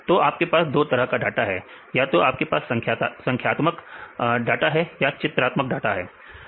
दो आपके पास दो तरह का डाटा है या तो आपके पास संख्यात्मक डाटा है या चित्र डाटा है